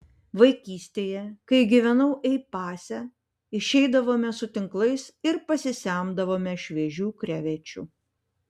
vaikystėje kai gyvenau ei pase išeidavome su tinklais ir pasisemdavome šviežių krevečių